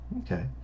Okay